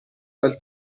dal